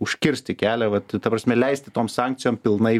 užkirsti kelią vat ta prasme leisti toms sankcijom pilnai